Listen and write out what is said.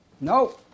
No